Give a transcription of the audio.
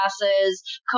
classes